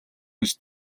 гэж